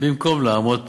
במקום לעמוד פה,